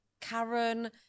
Karen